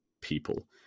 people